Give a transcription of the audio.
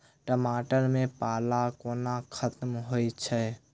टमाटर मे पाला कोना खत्म होइ छै?